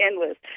endless